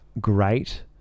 great